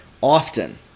often